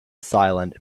silent